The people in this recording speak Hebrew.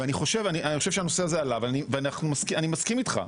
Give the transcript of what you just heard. ואני חושב שהנושא הזה עלה, ואני מסכים איתך.